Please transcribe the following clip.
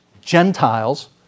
Gentiles